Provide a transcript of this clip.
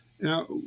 Now